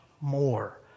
more